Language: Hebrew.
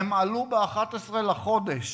הם עלו ב-11 לחודש